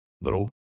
little